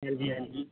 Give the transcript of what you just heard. ਹਾਂਜੀ ਹਾਂਜੀ